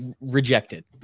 rejected